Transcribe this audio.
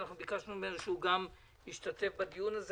ביקשנו ממנו שהוא גם ישתתף בדיון הזה.